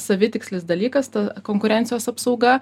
savitikslis dalykas ta konkurencijos apsauga